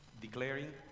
declaring